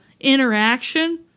interaction